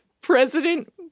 President